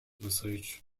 message